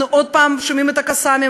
אנחנו עוד פעם שומעים את ה"קסאמים",